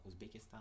uzbekistan